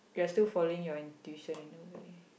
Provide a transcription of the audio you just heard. you are still following your intuition in a way